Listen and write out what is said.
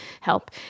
help